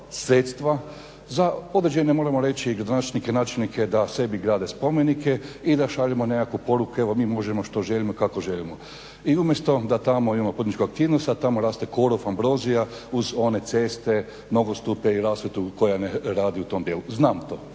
sredstva za određene moramo reći gradonačelnike, načelnike da sebi grade spomenike i da šaljemo nekakve poruke evo mi možemo što želimo i kako želimo. I umjesto da tamo imamo poduzetničku aktivnost, sad tamo raste korov, ambrozija uz one ceste, nogostupe i rasvjetu koja ne radi u tom djelu. Znam to,